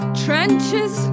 trenches